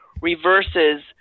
reverses